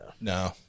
No